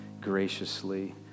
graciously